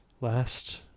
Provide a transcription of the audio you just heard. last